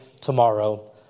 tomorrow